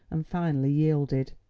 and finally yielded.